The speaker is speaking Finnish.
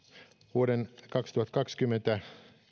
vuoden kaksituhattakaksikymmentä